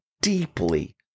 deeply